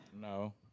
No